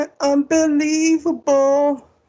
Unbelievable